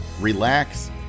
relax